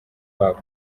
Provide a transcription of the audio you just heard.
babo